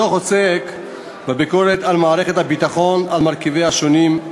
הדוח עוסק בביקורת על מערכת הביטחון על מרכיביה השונים: